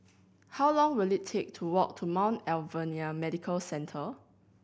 how long will it take to walk to Mount Alvernia Medical Centre